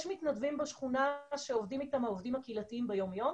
יש מתנדבים בשכונה שעובדים איתם העובדים הקהילתיים ביום יום